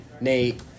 nate